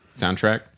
soundtrack